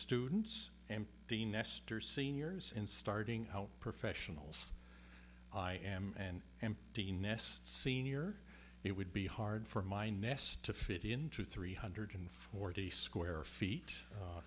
students and dean nestor seniors in starting health professionals i am an empty nest senior it would be hard for my nest to fit into three hundred forty square feet u